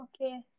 okay